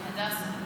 הדסה.